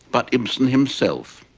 but ibsen himself.